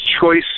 Choice